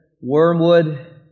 wormwood